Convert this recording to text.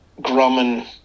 grumman